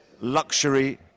Luxury